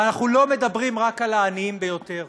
ואנחנו לא מדברים רק על העניים ביותר,